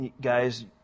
guys